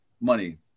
money